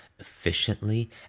efficiently